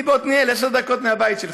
אני בעתניאל, עשר דקות מהבית שלך,